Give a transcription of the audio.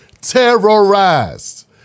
terrorized